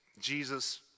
Jesus